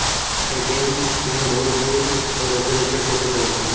ATM pin भूल गईल पर ओके रीसेट कइसे कइल जाला?